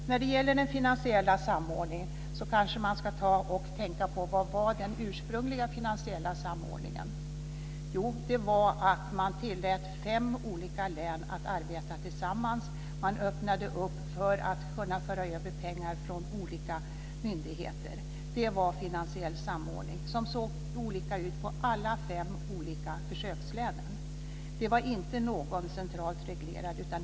När det gäller den finansiella samordningen kanske man ska tänka på vad som var den ursprungliga finansiella samordningen. Det var att man tillät fem olika län att arbeta tillsammans. Man öppnade för att kunna föra över pengar från olika myndigheter. Det var finansiell samordning. Den såg olika ut i alla de fem försökslänen. Den var inte centralt reglerad.